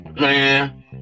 Man